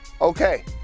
Okay